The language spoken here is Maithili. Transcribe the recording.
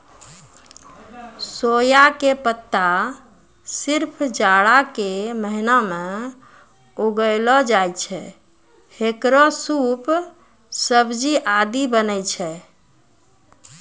सोया के पत्ता सिर्फ जाड़ा के महीना मॅ उगैलो जाय छै, हेकरो सूप, सब्जी आदि बनै छै